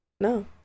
no